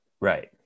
Right